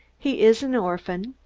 he is an orphan.